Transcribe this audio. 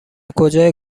کجای